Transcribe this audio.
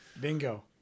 Bingo